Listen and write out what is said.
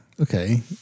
okay